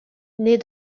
naît